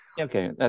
okay